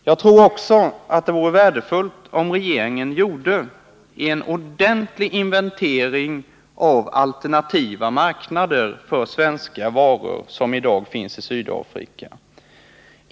Jag tror också att det vore värdefullt om regeringen gjorde en ordentlig inventering av alternativa marknader för svenska varor som i dag finns i Sydafrika.